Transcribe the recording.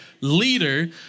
leader